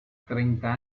treinta